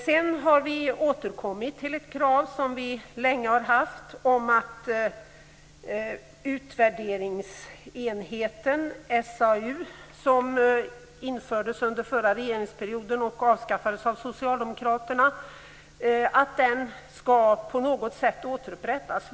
Sedan har vi återkommit till ett krav som vi länge har haft om att utvärderingsenheten, SAU, som infördes under förra regeringsperioden och avskaffades av Socialdemokraterna, på något sätt skall återupprättas.